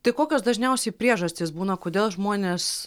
tai kokios dažniausiai priežastys būna kodėl žmonės